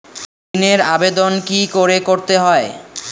ঋণের আবেদন কি করে করতে হয়?